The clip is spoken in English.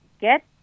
get